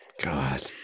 god